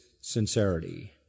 sincerity